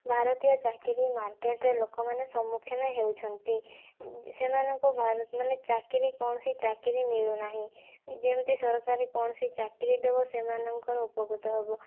ଭାରତୀୟ ଚାକିରୀ ମାର୍କେଟରେ ଲୋକ ମାନେ ସମ୍ମୁଖୀନ ହେଉଛନ୍ତି ସେମାନଙ୍କୁ ଚାକିରୀ କୌଣସି ଚାକିରୀ ମିଳୁନାହିଁ ଯେମିତି ସରକାରୀ କୌଣସି ଚାକିରୀ ଦେବ ସେମାନଙ୍କର ଉପକୃତ ହେବ